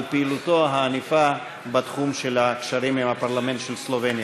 על פעילותו הענפה בתחום הקשרים עם הפרלמנט של סלובניה.